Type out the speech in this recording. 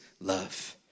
love